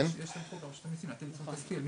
יש סמכות לרשות המיסים לתת עיצום כספי.